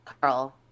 Carl